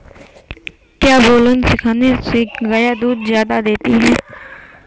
क्या बिनोले खिलाने से गाय दूध ज्यादा देती है?